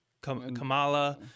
Kamala